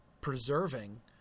preserving